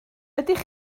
ydych